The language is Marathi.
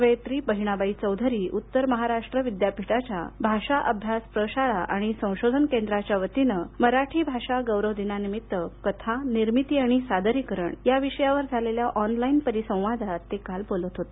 कवयित्री बहिणाबाई चौधरी उत्तर महाराष्ट्र विद्यापीठाच्या भाषा अभ्यास प्रशाळा आणि संशोधन केंद्राच्या वतीने मराठी भाषा गौरव दिनानिमित्त कथा निर्मिती आणि सादरीकरण या विषयावर झालेल्या ऑनलाईन परिसंवादात ते काल बोलत होते